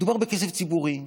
מדובר בכסף ציבורי,